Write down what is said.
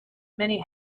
many